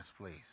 please